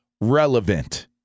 relevant